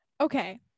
Okay